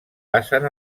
passen